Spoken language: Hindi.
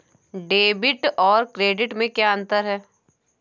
डेबिट और क्रेडिट में क्या अंतर है?